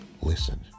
listen